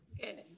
good